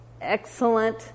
excellent